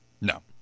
No